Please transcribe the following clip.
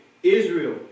Israel